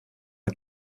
red